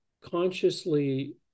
consciously